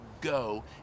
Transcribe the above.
go